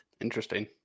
Interesting